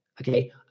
Okay